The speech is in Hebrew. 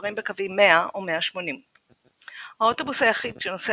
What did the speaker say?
ממוספרים בקווים 100 או 180. האוטובוס היחיד שנוסע